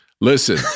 Listen